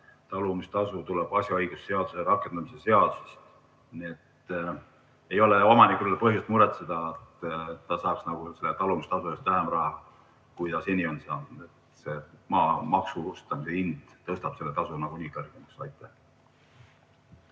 Talumistasu tuleb asjaõigusseaduse rakendamise seadusest. Nii et omanikul ei ole põhjust muretseda, et ta saab selle talumistasuna vähem raha, kui ta seni on saanud. Maa maksustamishind tõstab selle tasu nagunii kõrgemaks.